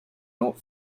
not